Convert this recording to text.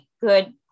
good